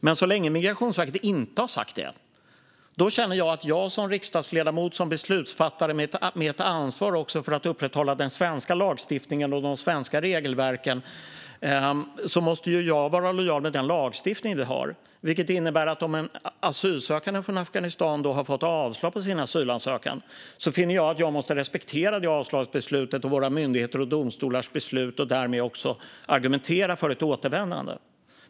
Men så länge Migrationsverket inte har sagt det känner jag att jag som riksdagsledamot och beslutsfattare, med ansvar för att upprätthålla den svenska lagstiftningen och de svenska regelverken, måste vara lojal med den lagstiftning vi har. Om en asylsökande från Afghanistan har fått avslag på sin asylansökan finner jag därför att jag måste respektera det avslagsbeslutet och våra myndigheters och domstolars beslut och därmed också argumentera för ett återvändande.